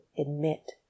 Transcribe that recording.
admit